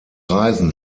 reisen